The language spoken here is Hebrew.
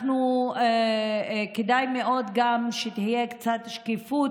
גם כדאי מאוד שתהיה קצת שקיפות,